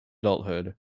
adulthood